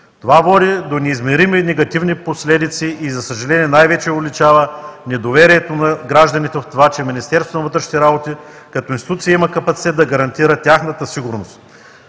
Това води до неизмерими негативни последици и, за съжаление, най-вече увеличава недоверието на гражданите в това, че Министерството на вътрешните работи като институция има капацитет да гарантира тяхната сигурност.